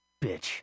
bitch